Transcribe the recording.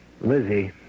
Lizzie